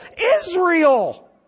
Israel